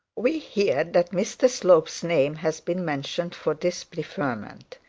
we hear that mr slope's name has been mentioned for this preferment.